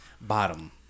bottom